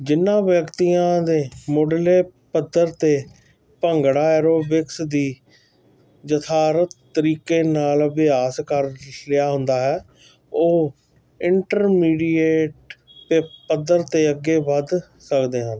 ਜਿਹਨਾਂ ਵਿਅਕਤੀਆਂ ਦੇ ਮੁੱਢਲੇ ਪੱਧਰ 'ਤੇ ਭੰਗੜਾ ਐਰੋਬਿਕਸ ਦੀ ਯਥਾਰ ਤਰੀਕੇ ਨਾਲ ਅਭਿਆਸ ਕਰ ਲਿਆ ਹੁੰਦਾ ਹੈ ਉਹ ਇੰਟਰਮੀਡੀਏਟ ਦੇ ਪੱਧਰ 'ਤੇ ਅੱਗੇ ਵਧ ਸਕਦੇ ਹਨ